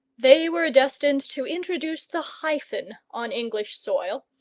they were destined to introduce the hyphen on english soil,